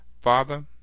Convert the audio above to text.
Father